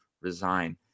resign